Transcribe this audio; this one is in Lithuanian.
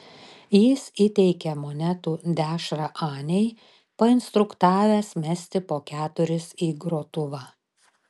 jis įteikė monetų dešrą anei painstruktavęs mesti po keturis į grotuvą